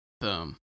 Boom